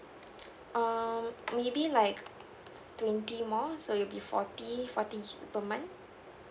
um maybe like twenty more so it'll be forty forty gigabyte per month